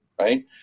right